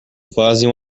fazem